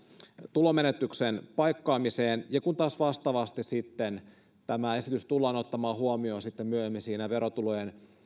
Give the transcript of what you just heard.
tulonmenetyksen paikkaamiseen vastaavasti tämä esitys tullaan ottamaan huomioon sitten myöhemmin verotulojen